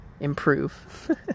improve